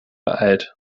alt